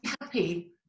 happy